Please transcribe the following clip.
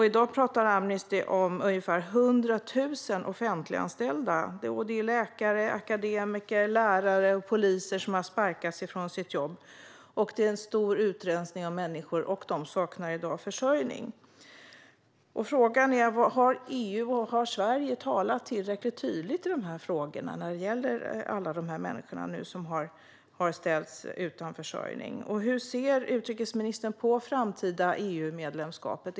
I dag talar Amnesty om ungefär hundra tusen offentliganställda - läkare, akademiker, lärare och poliser - som har sparkats från sina jobb. Det pågår en stor utrensning av människor, och de saknar i dag försörjning. Har EU och Sverige talat tillräckligt tydligt i de här frågorna när det gäller alla de människor som nu har ställts utan försörjning? Hur ser utrikesministern på det framtida EU-medlemskapet?